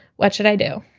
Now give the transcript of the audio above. what should i do?